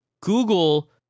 google